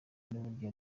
n’uburyo